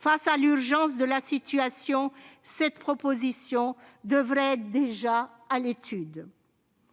Face à l'urgence de la situation, cette proposition devrait déjà être à l'étude.